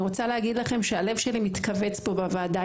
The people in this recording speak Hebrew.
הלב שלי מתכווץ פה בוועדה.